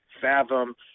Fathom